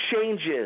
changes